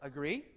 Agree